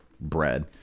bread